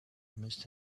must